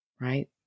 right